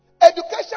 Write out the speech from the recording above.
Education